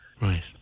Right